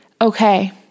okay